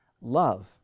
love